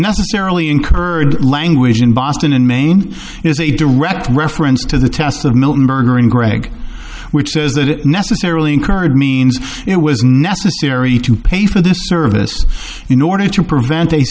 necessarily encouraged language in boston and maine is a direct reference to the test of milton burger in greg which says that it necessarily incurred means it was necessary to pay for this service in order to prevent